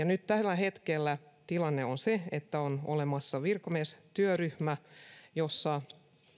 nyt tällä hetkellä tilanne on se että on olemassa virkamiestyöryhmä jossa